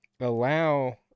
allow